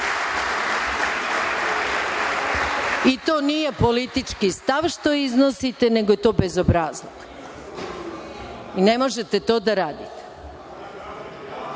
to nije politički stav što iznosite, nego je to bezobrazluk. Ne možete to da radite.